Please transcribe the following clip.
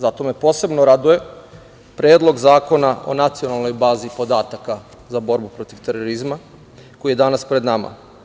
Zato me posebno raduje Predlog zakona o Nacionalnoj bazi podataka za borbu protiv terorizma, koji je danas pred nama.